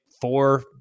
four